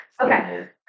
Okay